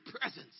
presence